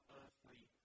earthly